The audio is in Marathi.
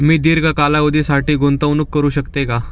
मी दीर्घ कालावधीसाठी गुंतवणूक करू शकते का?